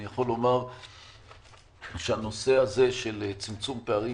אני יכול לומר שהנושא הזה של צמצום פערים